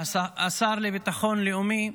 השר לביטחון לאומי,